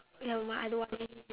ya but I don't want already